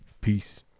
Peace